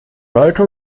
sollte